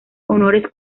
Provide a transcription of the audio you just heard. honores